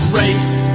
race